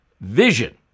vision